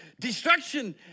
destruction